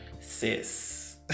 sis